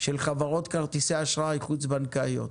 של חברות כרטיסי אשראי חוץ בנקאיות.